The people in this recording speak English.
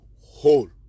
whole